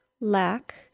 lack